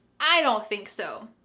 i don't think so.